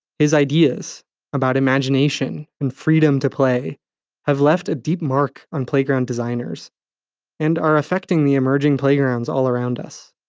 his ideas about imagination and freedom to play have left a deep mark on playground designers and are affecting the emerging playgrounds all around us.